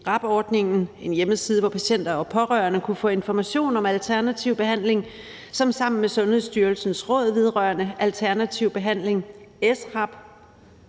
RAB-ordningen, en hjemmeside, hvor patienter og pårørende kunne få information om alternativ behandling, som sammen med Sundhedsstyrelsens Råd vedrørende alternativ behandling, SRAB,